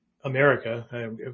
America